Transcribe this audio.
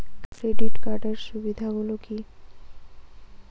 Credit কার্ডের সুবিধা গুলো কি?